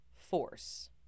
Force